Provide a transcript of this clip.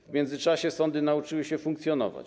W międzyczasie sądy nauczyły się funkcjonować.